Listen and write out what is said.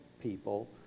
people